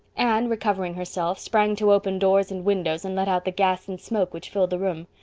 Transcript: anne, recovering herself, sprang to open doors and windows and let out the gas and smoke which filled the room.